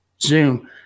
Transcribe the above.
Zoom